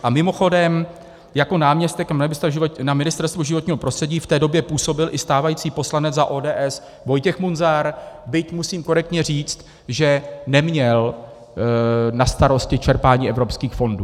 A mimochodem, jako náměstek na Ministerstvu životního prostředí v té době působil i stávající poslanec za ODS Vojtěch Munzar, byť musím korektně říct, že neměl na starost čerpání evropských fondů.